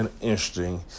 interesting